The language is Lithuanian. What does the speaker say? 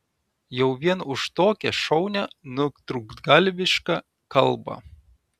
jau vien už tokią šaunią nutrūktgalvišką kalbą